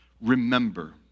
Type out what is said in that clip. Remember